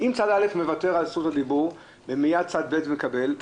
אם צד א' מוותר על זכות הדיבור ומייד צד ב' מקבל,